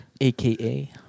AKA